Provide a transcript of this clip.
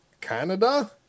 Canada